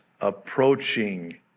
approaching